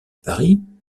paris